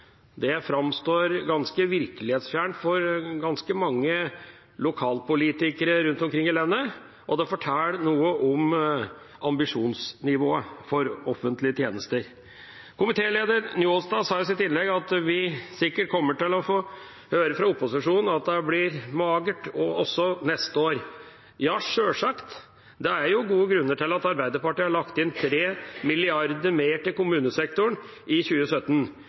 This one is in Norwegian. Det framstår ganske virkelighetsfjernt for ganske mange lokalpolitikere rundt omkring i landet, og det forteller noe om ambisjonsnivået for offentlige tjenester. Komitéleder Njåstad sa i sitt innlegg at vi sikkert kommer til å få høre fra opposisjonen at det blir magert også neste år. Ja, sjølsagt – det er gode grunner til at Arbeiderpartiet har lagt inn 3 mrd. kr mer til kommunesektoren i 2017.